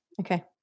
Okay